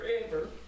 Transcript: forever